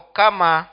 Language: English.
kama